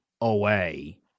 away